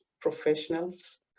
professionals